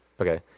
Okay